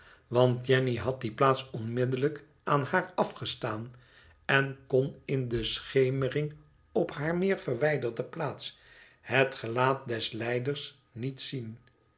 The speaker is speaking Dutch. want jenny had die plaats onmiddellijk aan haar afgestaan en kon in de schemering op hare meer verwijderde plaats het gelaat des lijders niet zien